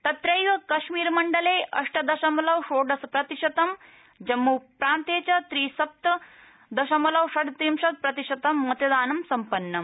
तत्रकश्मीर मण्डले अष्ट दशमलव षोडश प्रतिशतं जम्मूप्रान्ते च त्रि सप्त दशमलव षड्रिशत् प्रतिशतं मतदानं सम्पन्नम्